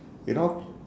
you know